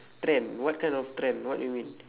trend what kind of trend what you mean